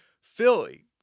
Philly